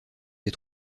des